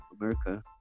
America